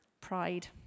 Pride